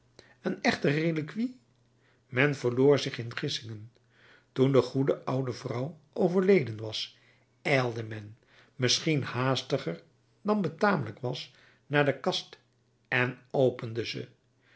een echte reliquie men verloor zich in gissingen toen de goede oude vrouw overleden was ijlde men misschien haastiger dan betamelijk was naar de kast en opende ze